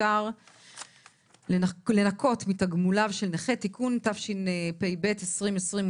שמותר לנכות מתגמוליו של נכה) (תיקון) התשפ"ב -2022.